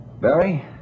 Barry